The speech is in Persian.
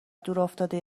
دورافتاده